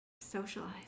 socialize